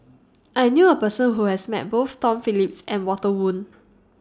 I knew A Person Who has Met Both Tom Phillips and Walter Woon